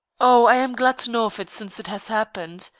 oh, i am glad to know of it since it has happened.